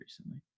recently